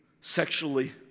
sexually